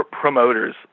promoters